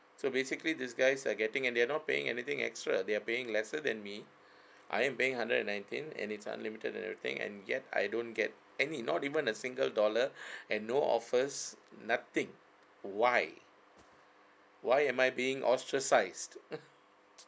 so basically these guys are getting and they are not paying anything extra they are paying lesser than me I am paying hundred and nineteen and it's unlimited and everything and yet I don't get any not even a single dollar and no offers nothing why why am I being ostracised